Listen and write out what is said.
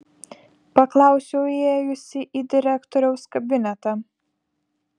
paklausiau įėjusi į direktoriaus kabinetą